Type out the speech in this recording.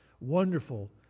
wonderful